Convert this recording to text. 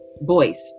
boys